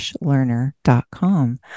learner.com